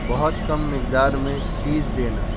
بہت کم مقدار میں چیز دینا